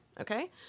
Okay